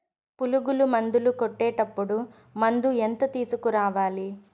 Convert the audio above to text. పులుగు మందులు కొట్టేటప్పుడు మందు ఎంత తీసుకురావాలి?